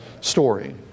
story